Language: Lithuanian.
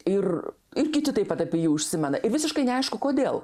ir ir kiti taip pat apie jį užsimena ir visiškai neaišku kodėl